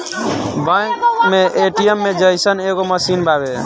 bank मे ATM जइसन एगो मशीन बावे